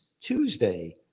Tuesday